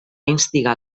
instigar